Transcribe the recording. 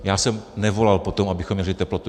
Já jsem nevolal po tom, abych měřili teplotu.